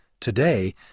today